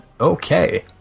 Okay